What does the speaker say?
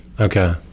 Okay